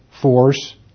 force